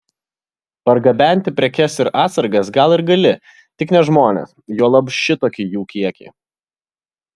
pergabenti prekes ir atsargas gal ir gali tik ne žmones juolab šitokį jų kiekį